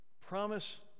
promise